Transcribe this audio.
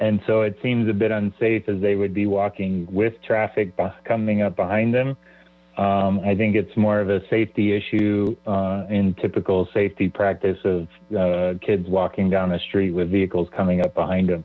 and so it seems unsafe as they would be walking with traffic by coming up behind them i think it's more of a safety issue in typical safety practice of kids walking down the street with vehicles coming up behind